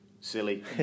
silly